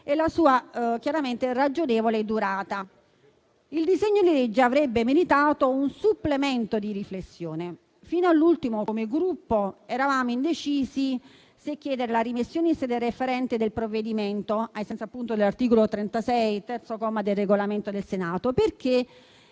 e la sua ragionevole durata. Il disegno di legge avrebbe meritato un supplemento di riflessione. Fino all'ultimo, come Gruppo eravamo indecisi se chiedere la rimessione in sede referente del provvedimento, ai sensi dell'articolo 36, comma 3, del Regolamento del Senato, perché